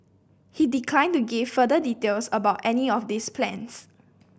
he declined to give further details about any of these plans